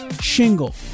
Shingle